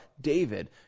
David